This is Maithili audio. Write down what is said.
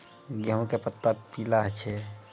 गेहूँ के पत्ता पीला छै?